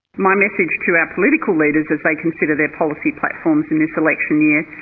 my message to our political leaders as they consider their policy platforms in this election year